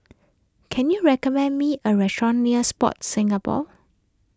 can you recommend me a restaurant near Sport Singapore